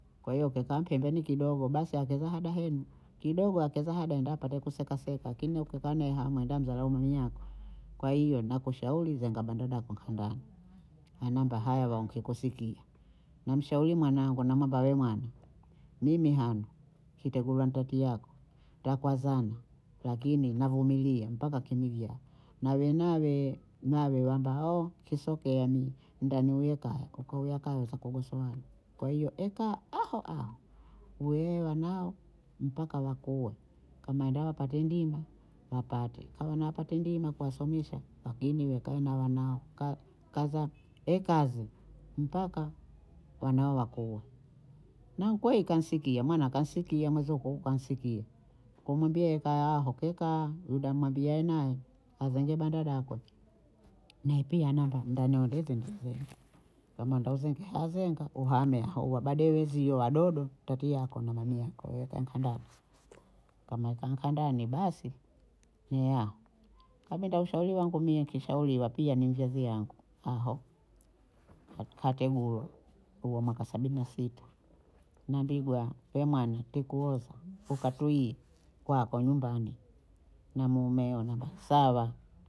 Kwa hiyo nkekaa mpembeni kidogo basi akezaa adaheni, kidogo akeza hada amba apate kusekaseka akini huku kane hamwe enda amdharau mami yakwe, kwa hiyo nakushauri nzenga banda dako nkaendani hanumba haya wankikusikia, namshauri mwanangu namwambia we mwana mimi hanu kintekulwa nteki yako takwazana lakini navumilia mpaka kimivya nawe nawe nawe wamba kisokeani ndaniiye kaya, kakauya kaya usakugosowa kwa hiyo ekaa ahoa, we wanao mpaka wakue kama nda mpate ndima apate, kama na apate ndima ya kuwasomesha a- yinue kae na wanae ka- kaza e- kazi mpaka wanao wakue, na nkweyi nkasikia mwana kansikia mwizukuu kansikia, kumwambia eka yaho keka yuda nimwambie ye naye azenge banda dakwe naye pia anamba ndo anoleze ntakwea, kama nda uzenge azenga uhame aha uwabade wenzio wadodo tati yako na mami yako koweka nkandani, kama nkaeka nkandani basi ne aho, kabinda ndo ushauri wangu mie kishauriwa pia na mzazi wangu aho ka- kategulo huo mwaka sabini na sita nambigwa we mwana tikuoza ukatuyie kwako nyumbani na mumeo namba sawa